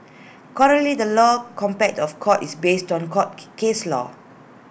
currently the law contempt of court is based on court case law